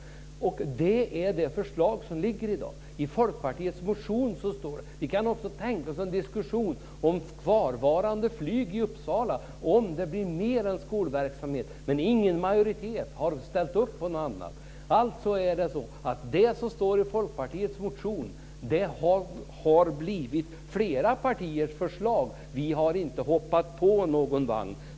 Och det är det förslag som ligger i dag. I Folkpartiets motion står det här. Vi kan också tänka oss en diskussion om kvarvarande flyg i Uppsala om det blir mer än skolverksamhet. Men ingen majoritet har ställt upp på något annat. Alltså är det så att det som står i Folkpartiets motion har blivit flera partiers förslag. Vi har inte hoppat på någon vagn.